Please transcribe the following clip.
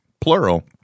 plural